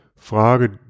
Frage